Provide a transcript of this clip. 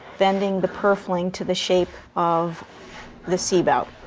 bending the purfling to the shape of the c-bout.